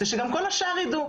זה שגם כל השאר יידעו.